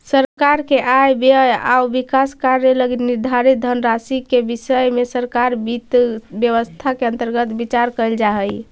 सरकार के आय व्यय आउ विकास कार्य लगी निर्धारित धनराशि के विषय में सरकारी वित्त व्यवस्था के अंतर्गत विचार कैल जा हइ